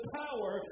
power